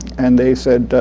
and they said,